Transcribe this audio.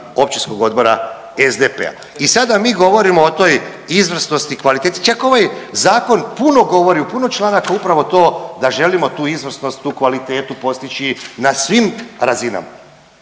općinskog Odbora SDP-a. I sada mi govorimo o toj izvrsnosti i kvaliteti, čak ovaj zakon puno govori, u puno članaka upravo to da želimo tu izvrsnost, tu kvalitetu postići na svim razinama.